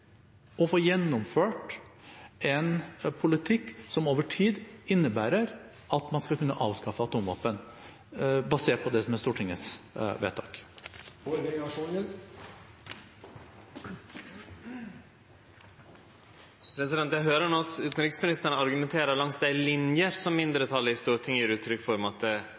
å få gjennomført en politikk som over tid innebærer at man skal kunne avskaffe atomvåpen, basert på det som er Stortingets vedtak. Eg høyrer no at utanriksministeren argumenterer langs dei linjene som mindretalet i Stortinget gjev uttrykk for,